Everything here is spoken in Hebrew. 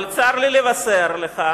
אבל צר לי לבשר לך,